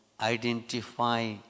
identify